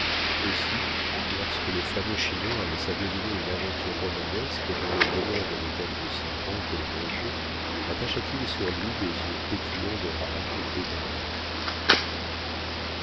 aussi lorsque le fameux schinner laissa deviner une aventure romanesque dont le bonheur devait être aussi grand que le danger attacha t il sur lui des yeux petillants de rage et d'envie